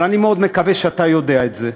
אבל אני מאוד מקווה שאתה יודע את זה.